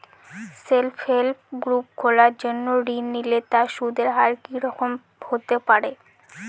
Self help group খোলার জন্য ঋণ নিলে তার সুদের হার কি রকম হতে পারে?